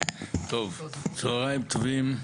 טוב, צהרים טובים.